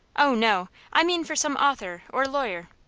oh, no i mean for some author or lawyer.